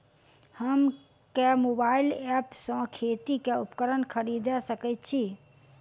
हम केँ mobile app सँ खेती केँ उपकरण खरीदै सकैत छी?